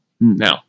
now